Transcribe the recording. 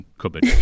cupboard